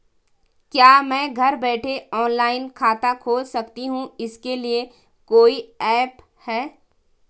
क्या मैं घर बैठे ऑनलाइन खाता खोल सकती हूँ इसके लिए कोई ऐप है?